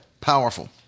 powerful